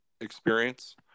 experience